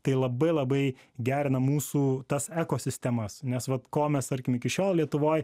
tai labai labai gerina mūsų tas ekosistemas nes vat ko mes tarkim iki šiol lietuvoj